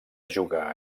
jugar